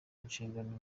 inshingano